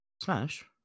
Smash